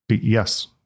Yes